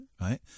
right